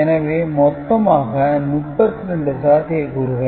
எனவே மொத்தமாக 32 சாத்தியக்கூறுகள்